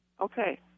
Okay